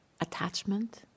attachment